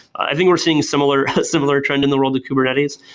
i think we're seeing similar similar trend in the world of kubernetes.